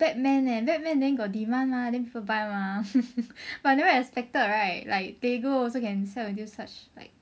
Batman leh Batman then got demand mah then people buy mah like but never expected right like Lego also can sell until such like